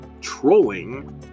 trolling